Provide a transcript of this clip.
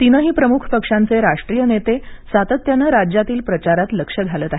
तीनही प्रमुख पक्षांचे राष्ट्रीय नेते सातत्यानं राज्यातील प्रचारात लक्ष घालत आहेत